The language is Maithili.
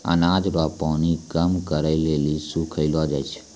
अनाज रो पानी कम करै लेली सुखैलो जाय छै